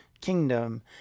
kingdom